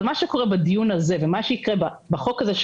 אבל מה שקורה בדיון הזה ומה שיקרה בחוק הזה,